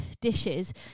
dishes